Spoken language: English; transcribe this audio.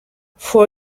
four